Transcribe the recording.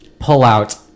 pullout